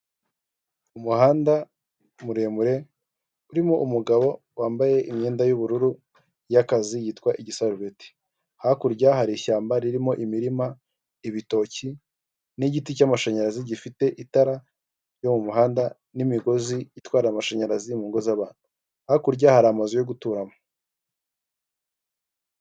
Ni mu isoko ry'ibiribwa harimo abantu bagaragara ko bari kugurisha, ndabona imboga zitandukanye, inyuma yaho ndahabona ibindi bintu biri gucuruzwa ,ndahabona ikimeze nk'umutaka ,ndahabona hirya ibiti ndetse hirya yaho hari n'inyubako.